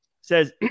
says